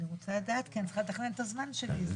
אני רוצה לדעת כי אני רוצה לתכנן את הזמן שלי.